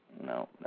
No